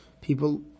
people